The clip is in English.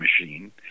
machine